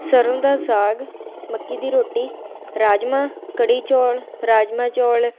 ਸਰੋਂ ਦਾ ਸਾਗ ਮੱਕੀ ਦੀ ਰੋਟੀ ਰਾਜਮਾ ਕੜੀ ਚੌਲ ਰਾਜਮਾ ਚੌਲ